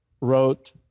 wrote